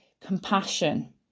compassion